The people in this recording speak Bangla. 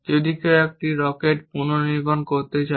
যদি কেউ একটি রকেট পুনর্নির্মাণ করতে চায়